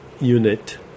unit